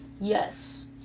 yes